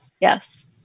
yes